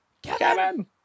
Kevin